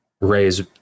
raise